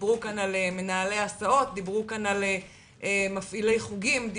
דיברו כאן על מנהלי הסעות, על מפעילי חוגים,